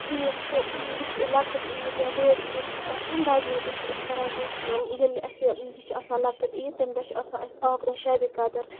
عیٖد چھِ یُس یہِ لۄکٔٹ عیٖد یا بٔڑ عیٖد چھےٚ آسان بَجہِ عیٖز دۄہ چھِ أسۍ بیٚیہِ کران کٲم ییٚلہِ اَسہِ یہِ چھُ آسان لۄکٔٹ عیٖد تَمہِ دۄہ چھُ آسان اَسہِ اکھ دۄہ شَب قدر